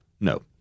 No